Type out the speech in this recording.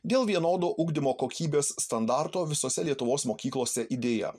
dėl vienodo ugdymo kokybės standarto visose lietuvos mokyklose idėja